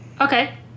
Okay